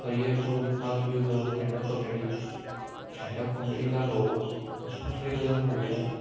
career तो पात use करप स्टँडअप कॉमेडी स्टँडअप कॉमेडी जालो आनी दुसरी गजाल म्हणल्यार